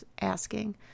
asking